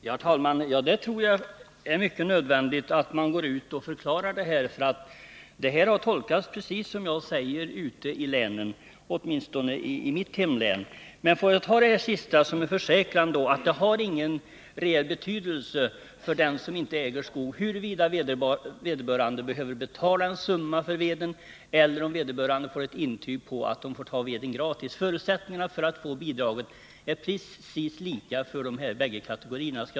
Herr talman! Ja, jag tror att det är i hög grad nödvändigt att gå ut med en sådan förklaring. Man har nämligen åtminstone i mitt hemlän gjort precis den tolkning som jag redovisat. Får jag då uppfatta bostadsministerns uttalande så att det inte är någon reell skillnad i behandlingen av en sökande som inte äger skog och som fått ett intyg om att ved får tas gratis och en sökande som får betala en summa för veden, dvs. att förutsättningarna för att få bidraget är precis lika stora för dessa grupper?